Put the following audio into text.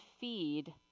feed